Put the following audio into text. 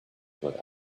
with